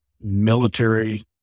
military